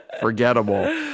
Forgettable